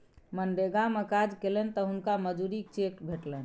मनरेगा मे काज केलनि तँ हुनका मजूरीक चेक भेटलनि